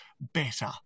better